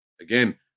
Again